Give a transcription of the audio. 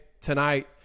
tonight